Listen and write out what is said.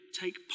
take